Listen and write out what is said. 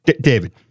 David